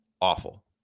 awful